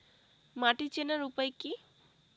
মাটি চেনার উপায় কি?